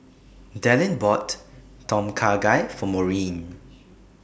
Dallin bought Tom Kha Gai For Maurine